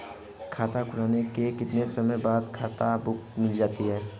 खाता खुलने के कितने समय बाद खाता बुक मिल जाती है?